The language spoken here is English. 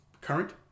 current